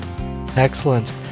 excellent